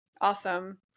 Awesome